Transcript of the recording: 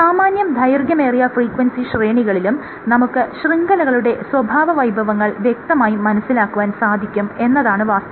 സാമാന്യം ദൈർഘ്യമേറിയ ഫ്രീക്വൻസി ശ്രേണികളിലും നമുക്ക് ശൃംഖലകളുടെ സ്വഭാവവൈഭവങ്ങൾ വ്യക്തമായി മനസ്സിലാക്കുവാൻ സാധിക്കും എന്നതാണ് വാസ്തവം